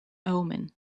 omen